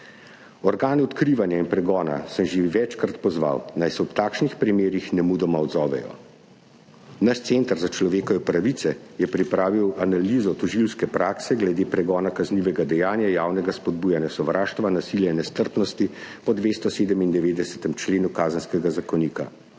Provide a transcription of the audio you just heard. Organe odkrivanja in pregona sem že večkrat pozval, naj se ob takšnih primerih nemudoma odzovejo. Naš Center za človekove pravice je pripravil analizo tožilske prakse glede pregona kaznivega dejanja javnega spodbujanja sovraštva, nasilja in nestrpnosti po 297. členu Kazenskega zakonika.